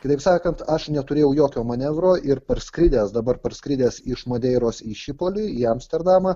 kitaip sakant aš neturėjau jokio manevro ir parskridęs dabar parskridęs iš madeiros į šipolį į amsterdamą